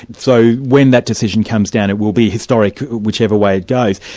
so when that decision comes down, it will be historic, whichever way it goes.